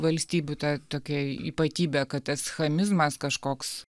valstybių ta tokia ypatybė kad tas chamizmas kažkoks